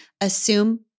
assume